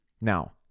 Now